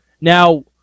Now